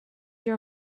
your